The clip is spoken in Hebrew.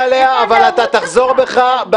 תחזור בך,